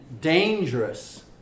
dangerous